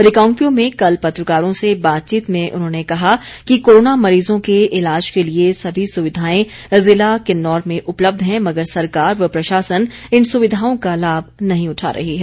रिकांगपिओ में कल पत्रकारों से बातचीत में उन्होंने कहा कि कोरोना मरीजों के इलाज के लिए सभी सुविधाएं जिला किन्नौर में उपलब्ध है मगर सरकार व प्रशासन इन सुविधाओं का लाभ नहीं उठा रही है